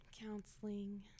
counseling